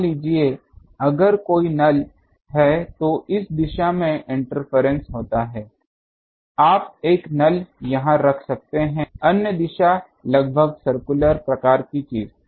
मान लीजिए अगर कोई नल है तो इस दिशा से इंटरफेरेंस होता है आप एक नल यहां रख सकते हैं अन्य दिशा लगभग सर्कुलर प्रकार की चीज